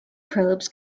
probes